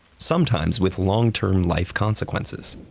sometimes with long-term life consequences.